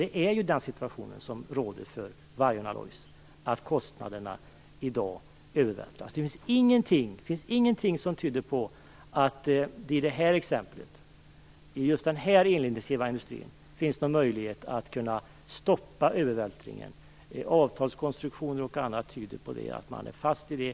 Det är just den situationen som råder för Vargön Alloys, dvs. kostnaderna övervältras. Ingenting tyder på att det i det här exemplet, i just den här elintensiva industrin, finns någon möjlighet att stoppa övervältringen. Avtalskonstruktioner och annat tyder på att man är fast i det.